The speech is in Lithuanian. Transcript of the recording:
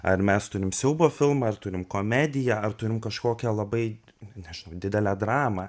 ar mes turim siaubo filmą ar turim komediją ar turim kažkokią labai nežinau didelę dramą